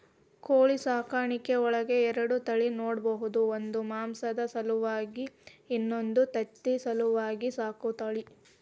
ಕೋಳಿ ಸಾಕಾಣಿಕೆಯೊಳಗ ಎರಡ ತಳಿ ನೋಡ್ಬಹುದು ಒಂದು ಮಾಂಸದ ಸಲುವಾಗಿ ಇನ್ನೊಂದು ತತ್ತಿ ಸಲುವಾಗಿ ಸಾಕೋ ತಳಿ